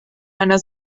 einer